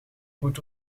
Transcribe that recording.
goed